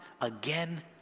again